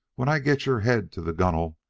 when i get your head to the gunwale,